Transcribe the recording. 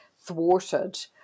thwarted